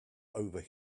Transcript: over